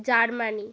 Germany